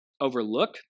overlook